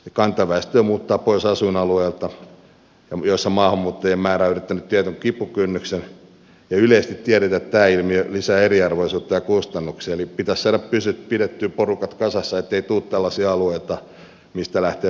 kantaväestöä muuttaa pois asuinalueilta joissa maahanmuuttajien määrä on ylittänyt tietyn kipukynnyksen ja yleisesti tiedetään että tämä ilmiö lisää eriarvoisuutta ja kustannuksia eli pitäisi saada pidettyä porukat kasassa ettei tule tällaisia alueita mistä lähtee porukat pois